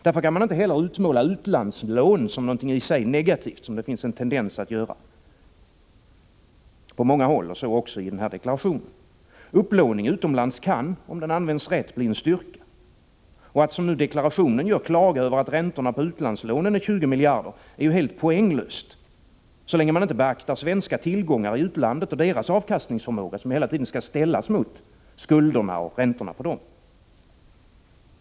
Därför kan man inte heller utmåla utlandslån som något i sig negativt, som det finns en tendens att göra på många håll, så också i deklarationen. Upplåning utomlands kan, om den används rätt, bli en styrka. Att, som man göri deklarationen, klaga över att räntorna på utlandslånen är 20 miljarder är ju helt poänglöst, så länge man inte beaktar svenska tillgångar i utlandet och deras avkastningsförmåga, som hela tiden skall ställas mot skulderna och räntorna på dem.